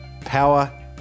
power